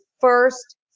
first